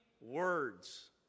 words